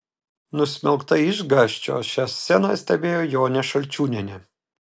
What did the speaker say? nusmelkta išgąsčio šią sceną stebėjo jonė šalčiūnienė